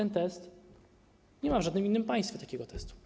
Nie ma w żadnym innym państwie takiego testu.